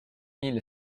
mille